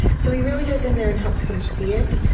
so he really goes in there and helps them see it,